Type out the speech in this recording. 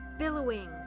billowing